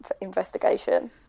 investigation